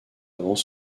avant